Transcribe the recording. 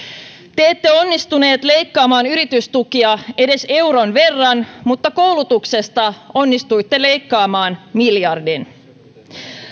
te ette onnistuneet leikkaamaan yritystukia edes euron verran mutta koulutuksesta onnistuitte leikkaamaan miljardin